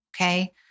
Okay